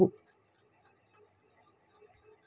ಐದು ಲಕ್ಷದ ಬೆಲೆ ಬಾಳುವ ಟ್ರ್ಯಾಕ್ಟರಗಳು ಯಾವವು?